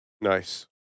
Nice